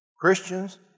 Christians